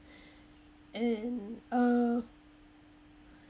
and uh